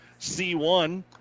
C1